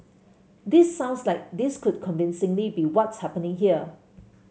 this sounds like this could convincingly be what's happening here